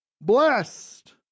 Blessed